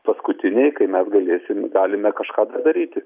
paskutiniai kai mes galėsim galime kažką padaryti